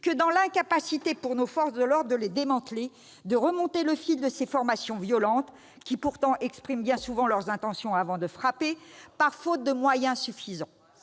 que dans l'incapacité de nos forces de l'ordre à les démanteler et à remonter le fil de ces formations violentes, qui pourtant expriment bien souvent leurs intentions avant de frapper, faute de moyens suffisants.